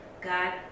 God